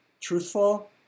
truthful